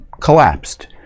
collapsed